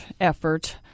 effort